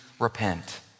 repent